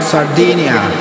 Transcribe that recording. Sardinia